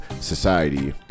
society